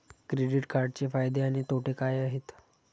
Credit कार्डचे फायदे आणि तोटे काय आहेत?